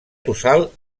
tossal